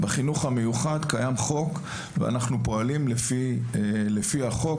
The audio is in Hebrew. בחינוך המיוחד קיים חוק ואנחנו פועלים לפי החוק,